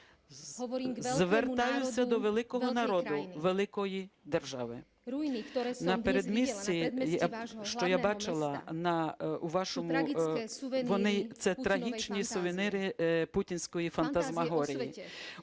звертаюся до великого народу великої держави. У передмісті, що я бачила, у вашому… вони, це трагічні сувеніри путінської фантасмагорії,